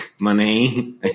money